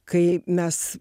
kai mes